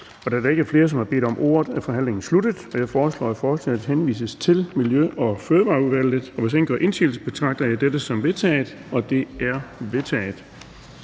Da der ikke er flere, som har bedt om ordet, er forhandlingen sluttet. Jeg foreslår, at forslaget til folketingsbeslutning henvises til Miljø- og Fødevareudvalget. Hvis ingen gør indsigelse, betragter jeg dette som vedtaget. Det er vedtaget.